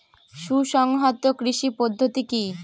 সুসংহত কৃষি পদ্ধতি কি?